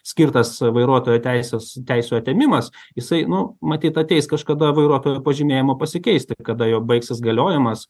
skirtas vairuotojo teises teisių atėmimas jisai nu matyt ateis kažkada vairuotojo pažymėjimo pasikeisti kada jau baigsis galiojimas